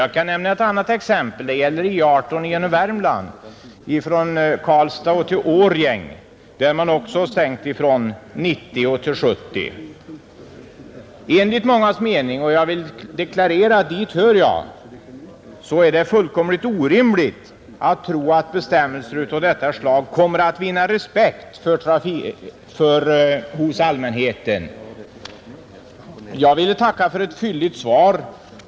Jag kan nämna ett annat exempel: på E 18 i Värmland från Karlstad till Årjäng har man sänkt från 90 kilometer till 70 kilometer. Enligt mångas mening, och jag vill deklarera att till dem hör jag, är det fullkomligt orimligt att tro att bestämmelser av detta slag kommer att vinna respekt hos allmänheten. Jag vill emellertid tacka för ett fylligt svar.